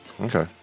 Okay